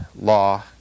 law